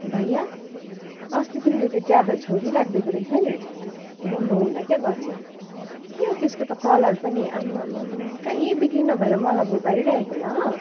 भैया अस्ति तिमीले त्यो च्यादर छोडी राखिदिएको रहेछ नि म नहुँदा क्या घरमा के हो त्यसको त कलर पनि आम्मामा कहीँ बिक्री नभएर मलाई भुपारी राखेको होला अँ